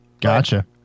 Gotcha